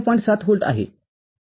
7 volt आहे